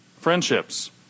friendships